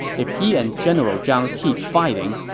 if he and general zhang keep fighting,